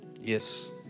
Yes